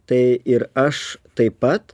tai ir aš taip pat